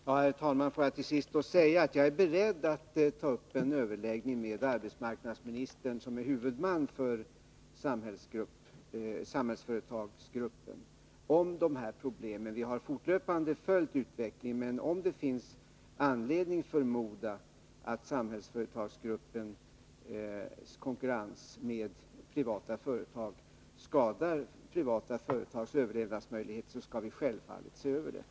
Herr talman! Får jag till sist säga att jag är beredd att ta upp en överläggning om de här problemen med arbetsmarknadsministern, som är huvudman för Samhällsföretagsgruppen. Vi har fortlöpande följt utvecklingen, men om det finns anledning förmoda att Samhällsföretagsgruppens konkurrens med privata företag skadar privata företags överlevnadsmöjligheter, skall vi självfallet se över detta.